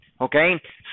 Okay